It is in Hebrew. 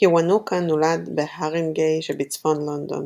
קיוונוקה נולד בהארינגיי שבצפון לונדון,